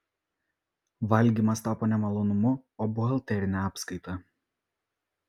valgymas tapo ne malonumu o buhalterine apskaita